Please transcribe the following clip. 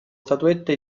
statuette